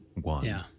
one